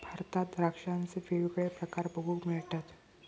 भारतात द्राक्षांचे वेगवेगळे प्रकार बघूक मिळतत